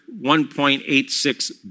$1.86